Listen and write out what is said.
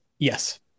Yes